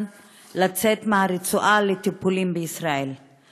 לצאת מהרצועה לטיפולים בישראל שנדחו או שעוכבו.